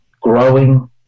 growing